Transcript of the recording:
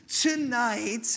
tonight